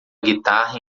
guitarra